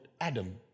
Adam